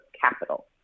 capital